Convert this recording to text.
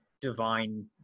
divine